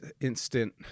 Instant